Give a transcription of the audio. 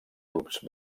clubs